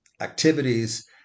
activities